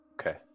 Okay